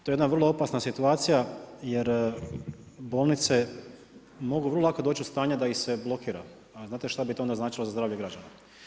To je jedna vrlo opasna situacija jer bolnice mogu vrlo kalo doći u stanje da ih se blokira a znate šta bi to onda značilo za zdravlje građana.